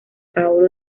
paolo